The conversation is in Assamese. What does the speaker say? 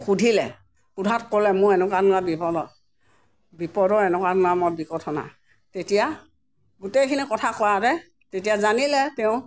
সুধিলে সোধাত ক'লে মোৰ এনেকুৱা তেনেকুৱা বিপদত বিপদৰ মোৰ এনেকুৱা তেনেকুৱা মই বিকৰ্ৰথনা তেতিয়া গোটেইখিনি কথা কোৱাওঁতে তেতিয়া জানিলে তেওঁ